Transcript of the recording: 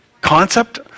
concept